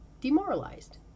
demoralized